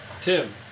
Tim